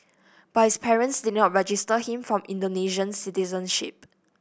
but his parents did not register him for Indonesian citizenship